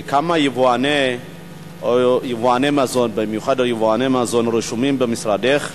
כמה יבואני מזון רשומים במשרדך?